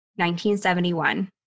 1971